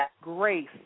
grace